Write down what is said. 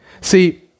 See